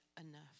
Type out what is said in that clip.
enough